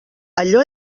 allò